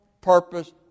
purpose